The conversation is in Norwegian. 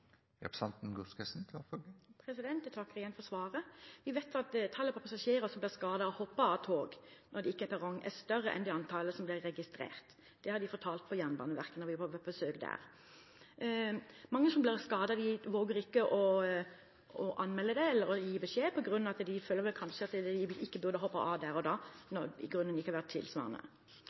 Jeg takker igjen for svaret. Vi vet at tallet på passasjerer som har blitt skadet av å ha hoppet av toget der det ikke er perrong, er større enn det antallet som er registrert. Det fortalte de på Jernbaneverket da vi var på besøk der. Mange som blir skadet, våger ikke å anmelde det eller gi beskjed – de føler kanskje at de ikke burde ha hoppet av der terrenget ikke var egnet for det. I 2010 var det 122 perronger som ikke var lange nok for NSBs tog. 48 av disse skulle ha vært